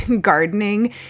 gardening